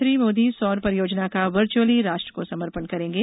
प्रधानमंत्री मोदी सौर परियोजना को वर्च्अली राष्ट्र को समर्पित करेंगे